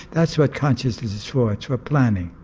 that's what consciousness is for, it's for planning.